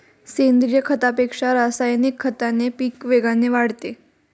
सेंद्रीय खतापेक्षा रासायनिक खताने पीक वेगाने वाढते